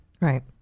Right